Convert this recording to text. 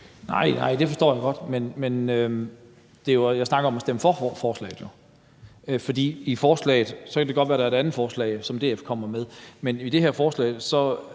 (NB): Det forstår jeg godt, men jeg snakker om at stemme for forslaget her. Det kan godt være, at der er et andet forslag, som DF kommer med, men i det her forslag